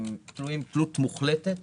תלויים תלות מוחלטת